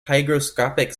hygroscopic